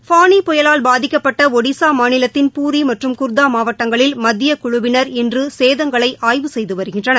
ஃபோனி புயலால் பாதிக்கப்பட்ட ஒடிஸா மாநிலத்தின் பூரி மற்றும் குர்தா மாவட்டங்களில் மத்தியக் குழுவினர் இன்று சேதங்களை ஆய்வு செய்து வருகின்றனர்